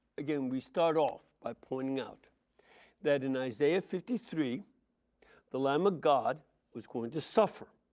again we start off by pointing out that in isaiah fifty three the lamb of god is going to suffer.